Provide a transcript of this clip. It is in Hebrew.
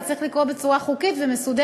אבל זה צריך לקרות בצורה חוקית ומסודרת,